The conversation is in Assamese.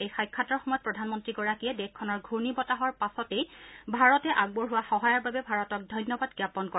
এই সাক্ষাতৰ সময়ত প্ৰধানমন্ত্ৰীগৰাকীয়ে দেশখনৰ ঘূৰ্ণী বতাহৰ পাছতেই ভাৰতে আগবঢ়োৱা সহায়ৰ বাবে ভাৰতক ধন্যবাদ জ্ঞাপন কৰে